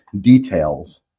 details